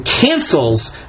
cancels